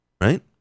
right